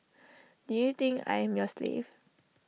do you think I am your slave